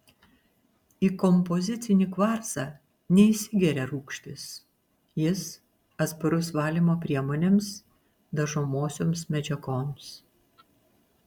į kompozicinį kvarcą neįsigeria rūgštys jis atsparus valymo priemonėms dažomosioms medžiagoms